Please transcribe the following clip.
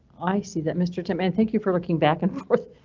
i see that mr tin man. thank you for looking back and forth.